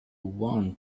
want